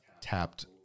tapped